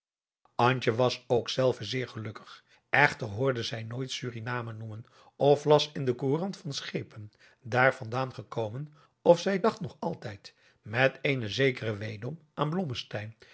was ook zelve zeer gelukkig echter hoorde zij adriaan loosjes pzn het leven van johannes wouter blommesteyn nooit suriname noemen of las in de courant van schepen daar van daan gekomen of zij dacht nog altijd met eenen zekeren weedom aan